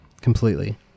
completely